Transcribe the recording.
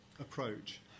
approach